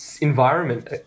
environment